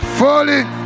falling